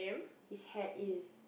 his hat is